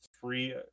three